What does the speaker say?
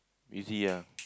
you see ya